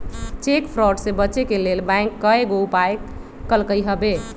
cheque fraud से बचे के लेल बैंकों कयगो उपाय कलकइ हबे